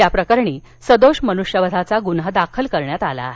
या प्रकरणी सदोष मनुष्यवधाचा गुन्हा दाखल करण्यात आला आहे